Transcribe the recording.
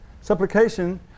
Supplication